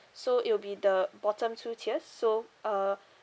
so it will be the bottom two tiers so uh